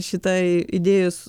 šitai idėjas